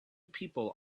people